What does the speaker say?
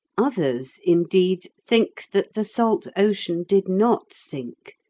others, indeed, think that the salt ocean did not sink,